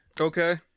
Okay